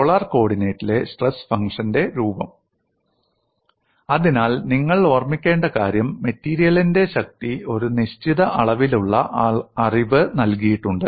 polar കോർഡിനേറ്റിലെ stress ഫംഗ്ഷന്റെ രൂപം അതിനാൽ നിങ്ങൾ ഓർമ്മിക്കേണ്ട കാര്യം മെറ്റീരിയലിന്റെ ശക്തി ഒരു നിശ്ചിത അളവിലുള്ള അറിവ് നൽകിയിട്ടുണ്ട്